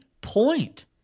point